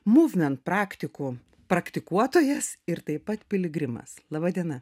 movement praktikų praktikuotojas ir taip pat piligrimas laba diena